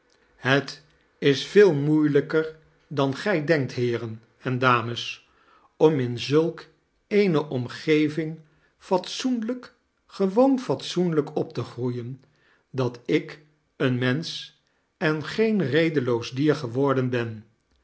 het is veel moeilijker dan gij denkt heeren en dames om in zulk eene omgeving fatsoenlijk gewoon fatsoenlijk op te groeien dat ik een mensch en geen redeloos dier geworden ben